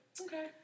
Okay